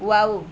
wow